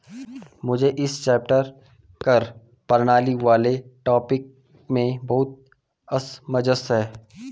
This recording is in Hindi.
मुझे इस चैप्टर कर प्रणाली वाले टॉपिक में बहुत असमंजस है